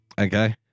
Okay